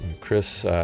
Chris